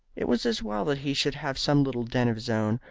it was as well that he should have some little den of his own,